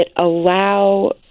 allow